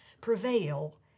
prevail